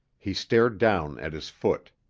he stared down at his foot.